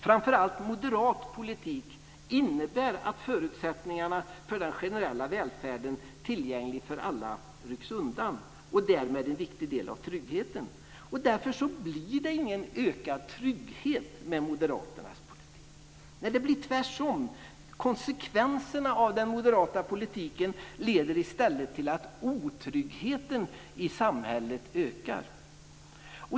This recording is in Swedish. Framför allt moderat politik innebär att förutsättningarna för en generell välfärd som är tillgänglig för alla rycks undan och därmed en viktig del av tryggheten. Därför blir det ingen ökad trygghet med Moderaternas politik. Det blir tvärtom så att konsekvenserna av den moderata politiken i stället leder till att otryggheten i samhället ökar.